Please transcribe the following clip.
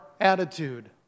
attitude